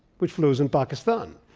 which flows in pakistan.